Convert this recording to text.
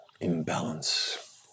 imbalance